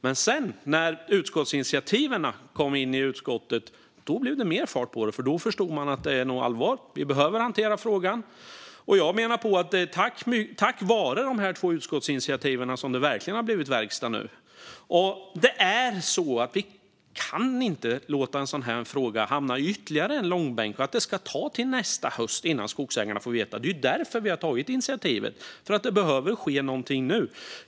Men sedan när utskottet föreslog att det skulle bli ett utskottsinitiativ blev det mer fart eftersom man förstod att det var allvar. Man behöver hantera frågan. Jag menar att det är tack vare de två utskottsinitiativen som det verkligen har blivit verkstad. Vi kan inte låta en sådan fråga hamna i ytterligare en långbänk, det vill säga att det ska ta till nästa höst innan skogsägarna får veta vad som gäller. Det är därför vi har tagit initiativet; det behöver ske någonting nu.